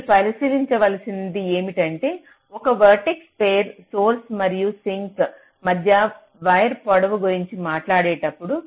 మీరు పరిశీలించవలసినది ఏమంటే ఒక వర్టెక్స్ పేర్ సోర్స్ మరియు సింక్ మధ్య వైర్ పొడవు గురించి మాట్లాడేటప్పుడు